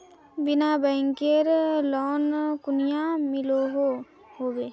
बिना बैंकेर लोन कुनियाँ मिलोहो होबे?